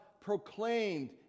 proclaimed